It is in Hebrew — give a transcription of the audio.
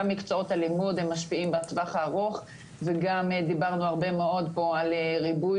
מקצועות הלימוד הם משפיעים בטווח הארוך וגם דיברנו הרבה מאוד פה על ריבוי